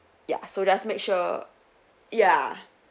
ya so just make sure ya